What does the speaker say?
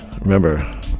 remember